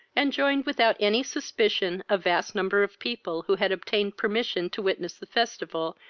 and joined without any suspicion a vast number of people who had obtained permission to witness the festival,